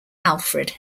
alfred